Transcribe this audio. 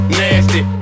nasty